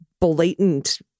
blatant